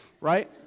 Right